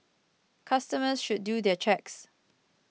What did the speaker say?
customers should do their checks